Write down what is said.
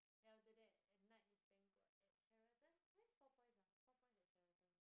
then after that at night is banquet at Sheraton where's four points ah four points at Sheraton